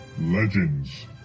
legends